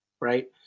right